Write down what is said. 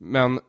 Men